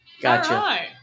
Gotcha